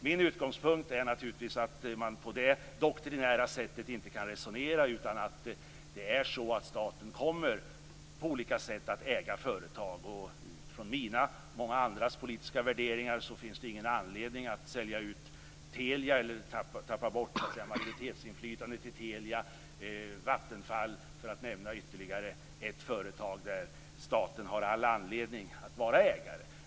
Min utgångspunkt är att det inte går att resonera på det doktrinära sättet. Staten kommer på olika sätt att äga företag. Med utgångspunkt i mina och många andras politiska värderingar finns det ingen anledning att sälja ut Telia eller förlora majoritetsinflytandet i Telia. Vattenfall är ytterligare ett företag där staten har all anledning att vara ägare.